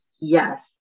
Yes